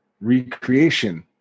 recreation